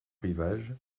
rivage